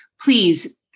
please